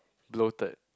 bloated